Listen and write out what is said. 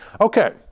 okay